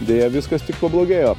deja viskas tik pablogėjo